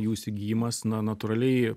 jų įsigijimas na natūraliai